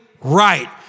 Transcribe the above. right